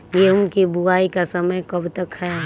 गेंहू की बुवाई का समय कब तक है?